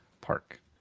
Park